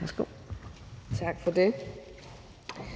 (SF): Tak for det. Lad mig,